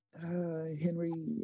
Henry